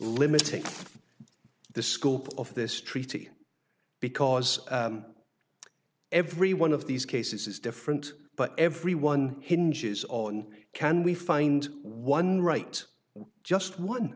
limiting the scope of this treaty because every one of these cases is different but everyone hinges on can we find one right just one